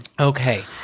Okay